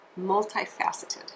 multifaceted